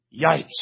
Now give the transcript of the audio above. Yikes